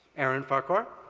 aaron farquhar.